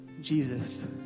Jesus